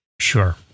sure